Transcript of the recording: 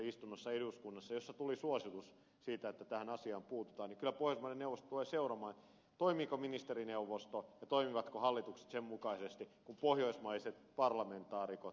istunnossa jossa tuli suositus siitä että tähän asiaan puututaan niin kyllä pohjoismaiden neuvosto tulee seuraamaan toimiiko ministerineuvosto ja toimivatko hallitukset sen mukaisesti kuin pohjoismaiset parlamentaarikot edellyttävät